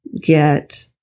get